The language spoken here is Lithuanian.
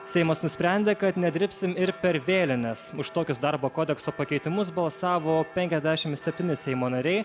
seimas nusprendė kad nedirbsim ir per vėlines už tokius darbo kodekso pakeitimus balsavo penkiasdešim septyni seimo nariai